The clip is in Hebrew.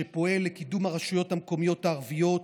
שפועל לקידום הרשויות המקומיות הערביות,